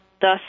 Thus